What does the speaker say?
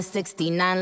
69